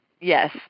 Yes